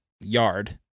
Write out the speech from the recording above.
yard